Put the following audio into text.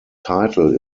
title